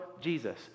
Jesus